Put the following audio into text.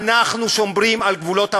אנחנו שומרים על גבולות המדינה.